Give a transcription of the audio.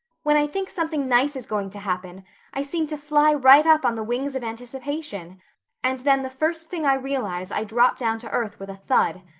when i think something nice is going to happen i seem to fly right up on the wings of anticipation and then the first thing i realize i drop down to earth with a thud.